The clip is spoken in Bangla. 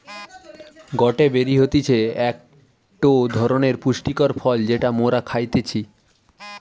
গটে বেরি হতিছে একটো ধরণের পুষ্টিকর ফল যেটা মোরা খাইতেছি